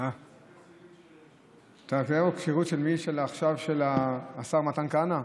אה, זהו, כשרות של מי עכשיו, של השר מתן כהנא?